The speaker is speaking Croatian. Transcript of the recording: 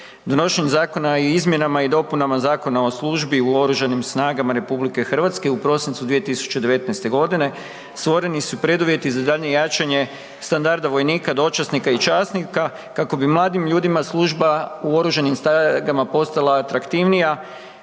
Donošenjem zakona i izmjenama i dopunama Zakona o službi u oružanim snagama RH u prosincu 2019.g. stvoreni su preduvjeti za daljnje jačanje standarda vojnika, dočasnika i časnika kako bi mladim ljudima služba u oružanim snagama postala atraktivnija